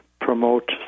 promote